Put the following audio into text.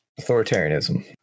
Authoritarianism